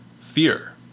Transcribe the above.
fear